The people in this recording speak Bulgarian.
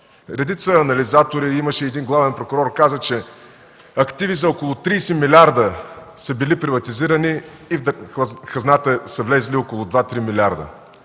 Редица анализатори, имаше и един главен прокурор, който каза, че активи за около 30 милиарда са били приватизирани и в хазната са влезли около 2-3 милиарда.